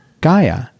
Gaia